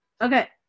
Okay